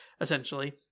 essentially